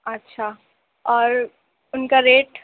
اچھا اور اُن کا ریٹ